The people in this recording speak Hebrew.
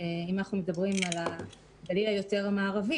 אם מדברים על הגליל המערבי,